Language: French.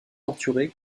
torturé